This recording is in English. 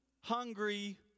hungry